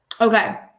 Okay